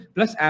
Plus